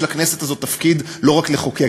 יש לכנסת הזאת תפקיד לא רק לחוקק,